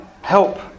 Help